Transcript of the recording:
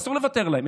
ואסור לוותר להם.